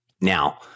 Now